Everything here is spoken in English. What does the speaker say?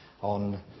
on